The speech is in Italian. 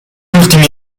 ultimi